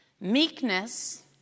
meekness